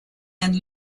and